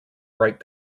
bright